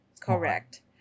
correct